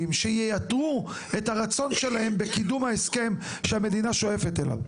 שייתרו את הרצון שלהם בקידום ההסכם שהמדינה שואפת אליו.